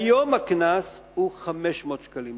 כיום הקנס הוא 500 שקלים.